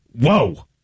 Whoa